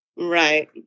Right